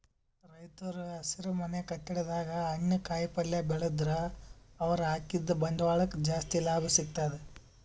ರೈತರ್ ಹಸಿರುಮನೆ ಕಟ್ಟಡದಾಗ್ ಹಣ್ಣ್ ಕಾಯಿಪಲ್ಯ ಬೆಳದ್ರ್ ಅವ್ರ ಹಾಕಿದ್ದ ಬಂಡವಾಳಕ್ಕ್ ಜಾಸ್ತಿ ಲಾಭ ಸಿಗ್ತದ್